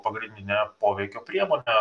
pagrindinė poveikio priemonė